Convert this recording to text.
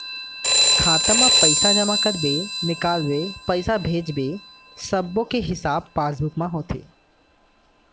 खाता म पइसा जमा करबे, निकालबे, पइसा भेजबे सब्बो के हिसाब पासबुक म होथे